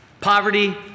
Poverty